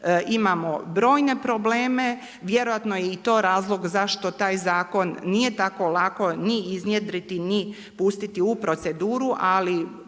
imamo brojne probleme, vjerojatno je i to razlog zašto taj zakon nije tako lako ni iznjedriti ni pustiti u proceduru, ali